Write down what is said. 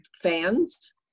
fans